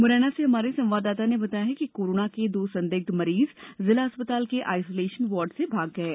मुरैना से हमारे संवादाता ने बताया है कि कोरोना के दो संदिग्ध मरीज जिला अस्पताल के आइसोलेशन वार्ड से भाग गये